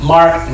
Mark